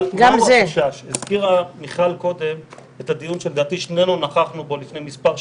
מיכל הזכירה קודם את הדיון שלדעתי שנינו נכחנו בו לפני מספר שנים,